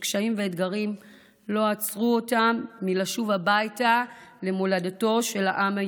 שקשיים ואתגרים לא עצרו אותם מלשוב הביתה למולדתו של העם היהודי,